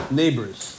neighbors